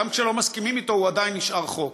גם כשלא מסכימים אתו הוא עדיין נשאר חוק.